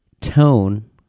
tone